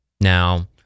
Now